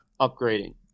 upgrading